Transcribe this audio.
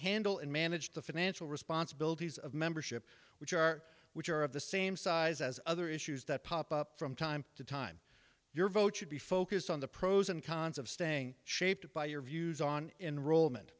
handle and manage the financial responsibilities of membership which are which are of the same size as other issues that pop up from time to time your vote should be focused on the pros and cons of staying shaped by your views on enrollment